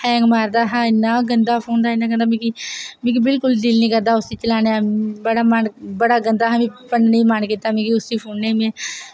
hang मारदा हा इन्ना गंदा फोन था इन्ना गंदा मिकी मिकी बिल्कुल दिल नि करदा उसी चलाने दा बड़ा मन बड़ा गंदा हा मि भन्नने मन्न कीत्ता मिगी उसी फोने ई में